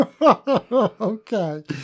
okay